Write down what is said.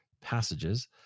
passages